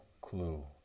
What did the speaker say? clue